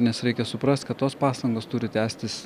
nes reikia suprast kad tos pastangos turi tęstis